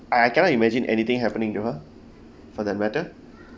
I I cannot imagine anything happening to her for the matter